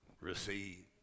receive